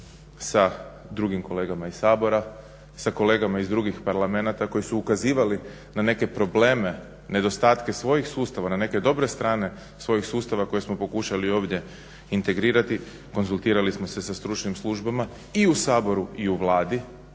sa drugim kolegama iz Sabora i sa kolegama iz drugih parlamenata koji su ukazivali na neke probleme, nedostatke svojih sustava, na neke dobre strane svojih sustava koje smo pokušali ovdje integrirati. Konzultirali smo se sa stručnim službama i u Saboru i u Vladi